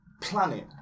planet